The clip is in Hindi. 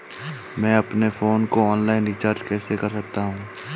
मैं अपने फोन को ऑनलाइन रीचार्ज कैसे कर सकता हूं?